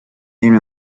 him